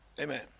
Amen